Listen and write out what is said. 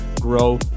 grow